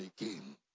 again